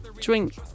drink